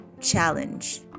challenge